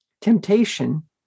Temptation